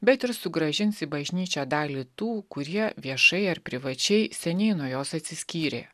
bet ir sugrąžins į bažnyčią dalį tų kurie viešai ar privačiai seniai nuo jos atsiskyrė